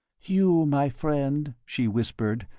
you, my friend, she whispered,